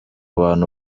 bantu